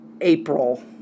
April